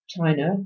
China